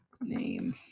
name